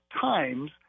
times